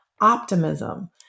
optimism